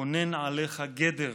כונן עליך גדר!